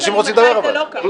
לא ענית לי מתי זה לא ככה.